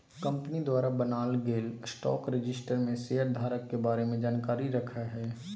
company द्वारा बनाल गेल स्टॉक रजिस्टर में शेयर धारक के बारे में जानकारी रखय हइ